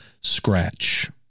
scratch